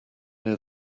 near